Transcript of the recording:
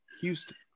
Houston